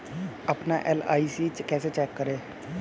अपना एल.आई.सी कैसे चेक करें?